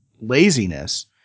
laziness